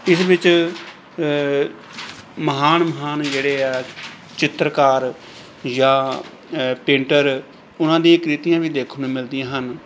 ਇਸ ਵਿੱਚ ਮਹਾਨ ਮਹਾਨ ਜਿਹੜੇ ਹੈ ਚਿੱਤਰਕਾਰ ਜਾਂ ਪੇਂਟਰ ਉਹਨਾਂ ਦੀ ਕ੍ਰਿਤੀਆਂ ਵੀ ਦੇਖਣ ਨੂੰ ਮਿਲਦੀਆਂ ਹਨ